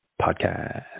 podcast